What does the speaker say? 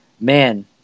Man